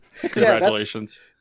Congratulations